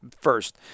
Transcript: first